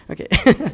Okay